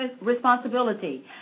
responsibility